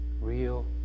real